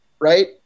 right